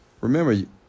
Remember